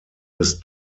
des